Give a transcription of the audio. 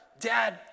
Dad